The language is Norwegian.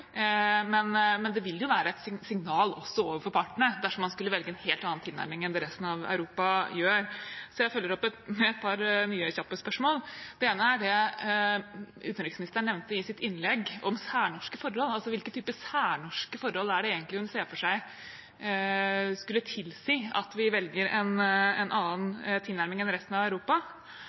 men det vil jo også være et signal overfor partene om man skulle velge en helt annen tilnærming enn resten av Europa. Så jeg følger opp med et par nye kjappe spørsmål. Det ene er det utenriksministeren nevnte i sitt innlegg om særnorske forhold. Hvilken type særnorske forhold er det egentlig hun ser for seg som skulle tilsi at vi velger en annen tilnærming enn resten av Europa?